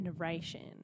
Narration